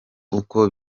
uko